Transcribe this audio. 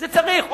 צריך,